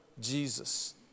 Jesus